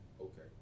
Okay